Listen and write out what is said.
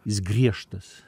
jis griežtas